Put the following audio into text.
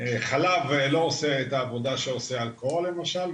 חלב לא עושה את העבודה שעושה אלכוהול למשל,